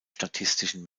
statistischen